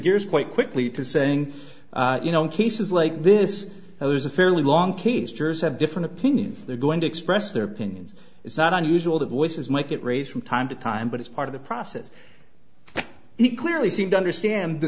gears quite quickly to saying you know in cases like this it was a fairly long case jurors have different opinions they're going to express their opinions it's not unusual that voices make it raise from time to time but it's part of the process he clearly seemed to understand the